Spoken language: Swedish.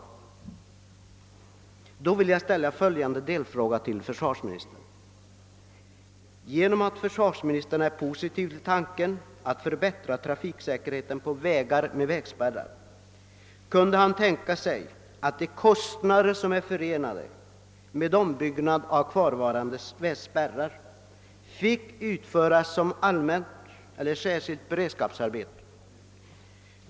Därför vill jag ställa följande delfråga till försvarsministern: Kan försvarsministern, som är positivt inställd till tanken att förbättra trafiksäkerheten på vägar med vägspärrar, tänka sig att de kostnader, som är förenade med ombyggnad av kvarvarande spärrar, får utföras som allmänt eller särskilt beredskapsarbete?